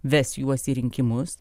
ves juos į rinkimus